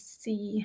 see